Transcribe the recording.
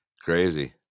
crazy